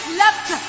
left